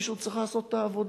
מישהו צריך לעשות את העבודה,